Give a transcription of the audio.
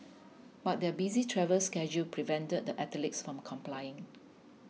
but their busy travel schedule prevented the athletes from complying